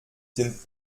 sind